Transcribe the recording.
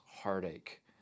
heartache